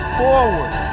forward